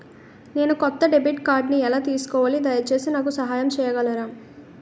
నేను కొత్త డెబిట్ కార్డ్ని ఎలా తీసుకోవాలి, దయచేసి నాకు సహాయం చేయగలరా?